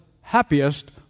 happiest